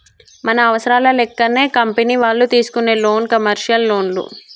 మన అవసరాల లెక్కనే కంపెనీ వాళ్ళు తీసుకునే లోను కమర్షియల్ లోన్లు